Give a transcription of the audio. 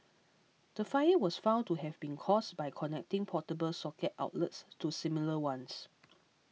the fire was found to have been caused by connecting portable socket outlets to similar ones